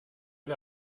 wer